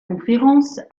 conférence